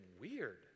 weird